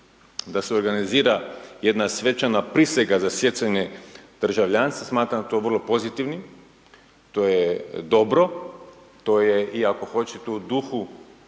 da se organizira jedna svečana prisega za stjecanje državljanstva smatram to vrlo pozitivnim, to je dobro. To je i ako hoćete u duhu